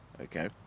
okay